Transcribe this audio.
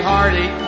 Hardy